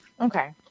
Okay